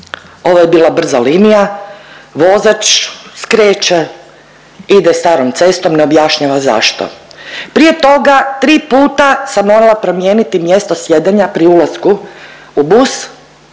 ovo je bila brza linija, vozač skreće, ide starom cestom, ne objašnjava zašto. Prije toga tri puta sam morala promijeniti mjesto sjedenja pri ulasku u bus